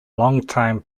longtime